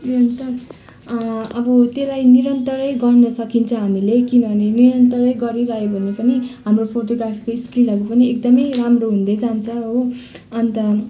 अब त्यसलाई निरन्तरै गर्न सकिन्छ हामीले किनभने निरन्तरै गरिरह्यो भने पनि हाम्रो फोटोग्राफीको स्किलहरू पनि एकदम राम्रो हुँदै जान्छ हो अन्त